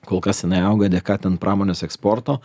kol kas jinai auga dėka ten pramonės eksporto